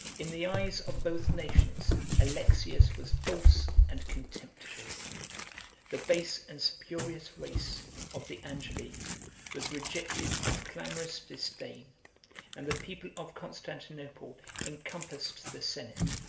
in the eyes of both nations alexius was false and contemptible the base and spurious race of the angeli was rejected with clamorous disdain and the people of constantinople encompassed the senate,